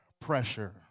pressure